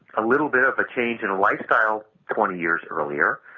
a little bit of a change in lifestyle twenty years earlier,